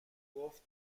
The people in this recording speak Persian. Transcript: گفت